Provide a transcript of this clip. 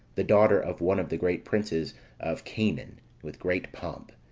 the daughter of one of the great princes of chanaan, with great pomp.